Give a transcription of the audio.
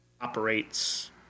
operates